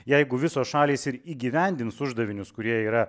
jeigu visos šalys ir įgyvendins uždavinius kurie yra